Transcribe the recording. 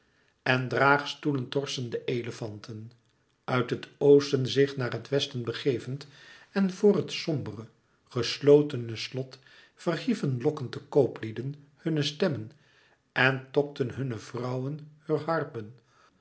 en draagstoelen torsende elefanten uit het oosten zich naar het westen begevend en voor het sombere geslotene slot verhieven lokkend de kooplieden hunne stemmen en tokten hunne vrouwen heur harpen